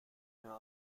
mehr